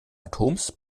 atoms